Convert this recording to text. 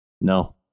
No